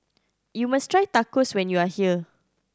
you must try Tacos when you are here